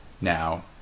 Now